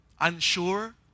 unsure